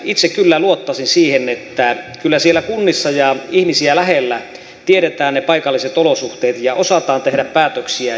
itse kyllä luottaisin siihen että kyllä siellä kunnissa ja ihmisiä lähellä tiedetään ne paikalliset olosuhteet ja osataan tehdä päätöksiä